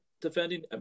defending